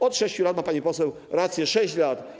Od 6 lat, ma pani poseł rację, 6 lat.